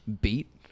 beat